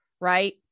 right